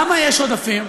למה יש עודפים?